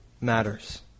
matters